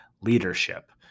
leadership